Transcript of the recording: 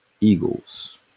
eagles